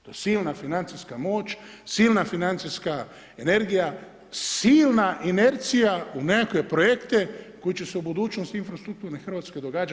To je silna financijska moć, silna financijska energija, silna inercija u nekakve projekte, koji će se u budućnosti u infrastrukturne Hrvatske događati.